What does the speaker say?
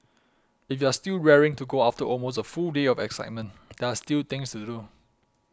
if you are still raring to go after almost a full day of excitement there are still things to do